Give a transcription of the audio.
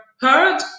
heard